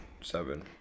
Seven